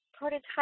prototype